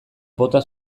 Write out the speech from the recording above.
bota